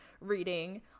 reading